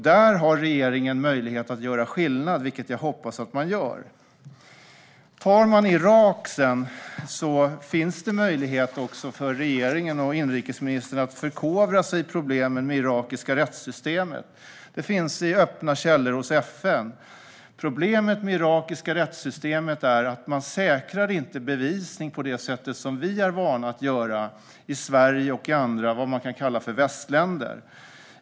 Där har regeringen möjlighet att göra skillnad, vilket jag hoppas att man gör. Om vi ser till Irak finns det möjlighet för regeringen och inrikesministern att förkovra sig i problemen med det irakiska rättssystemet. Det finns i öppna källor hos FN. Problemet med det irakiska rättssystemet är att man inte säkrar bevisning på det sätt som vi är vana att göra i Sverige och andra vad man kan kalla för västländer.